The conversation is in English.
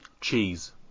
Cheese